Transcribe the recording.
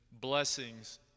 blessings